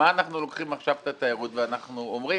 אנחנו לוקחים עכשיו את התיירות ואנחנו אומרים